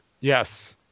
Yes